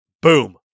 Boom